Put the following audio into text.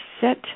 set